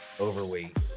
overweight